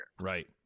Right